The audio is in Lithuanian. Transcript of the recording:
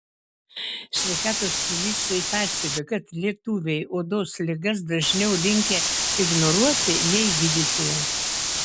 sveikatos specialistai pastebi kad lietuviai odos ligas dažniau linkę ignoruoti nei gydyti